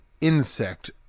insect